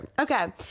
Okay